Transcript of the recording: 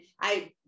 I-